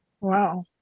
Wow